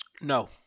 No